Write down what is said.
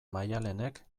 maialenek